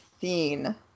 scene